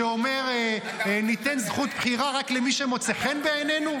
שאומר: ניתן זכות בחירה רק למי שמוצא חן בעינינו?